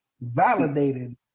validated